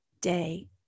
day